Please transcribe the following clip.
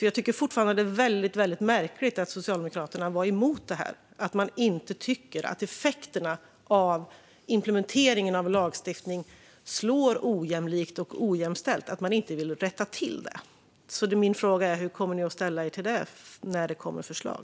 Jag tycker fortfarande att det är väldigt märkligt att Socialdemokraterna var emot detta och att de inte tycker att effekterna av implementeringen av lagstiftningen slår ojämlikt och ojämställt och vill rätta till det. Min fråga är: Hur kommer ni att ställa er till detta när det kommer förslag?